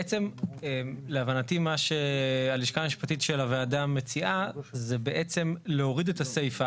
בעצם להבנתי מה שהלשכה המשפטית של הוועדה מציעה זה בעצם להוריד את הסיפא